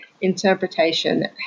interpretation